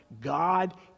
God